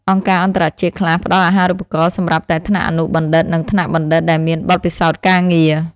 អង្គការអន្តរជាតិខ្លះផ្តល់អាហារូបករណ៍សម្រាប់តែថ្នាក់អនុបណ្ឌិតនិងថ្នាក់បណ្ឌិតដែលមានបទពិសោធន៍ការងារ។